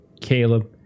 Caleb